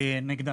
נגדה,